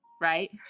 right